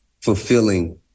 fulfilling